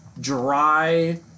dry